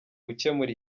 gukemura